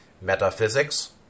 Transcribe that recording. metaphysics